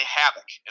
havoc